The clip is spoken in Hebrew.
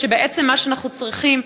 כשבעצם מה שאנחנו צריכים,